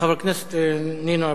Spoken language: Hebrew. חברת הכנסת נינו אבסדזה.